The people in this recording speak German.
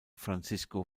francisco